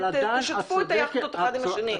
שתפו את היכטות אחד עם השני.